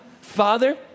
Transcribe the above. Father